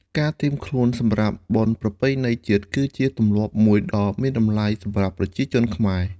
ការត្រៀមខ្លួនសម្រាប់បុណ្យប្រពៃណីជាតិ គឺជាទម្លាប់មួយដ៏មានតម្លៃសម្រាប់ប្រជាជនខ្មែរ។